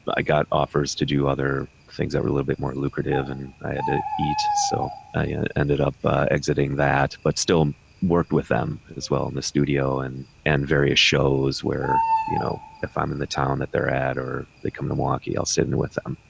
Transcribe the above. but i got offers to do other things that were a little bit more lucrative and i had to eat. so i ended up exiting that, but still worked with them as well. and the studio and, and various shows where, you know, if i'm in the town that they're at or they come to milwaukee, i'll sit in with them.